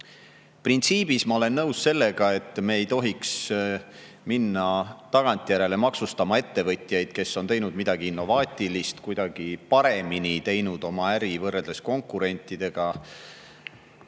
Printsiibis ma olen nõus sellega, et me ei tohiks minna tagantjärele maksustama ettevõtjaid, kes on teinud midagi innovaatilist või kuidagi paremini teinud oma äri võrreldes konkurentidega.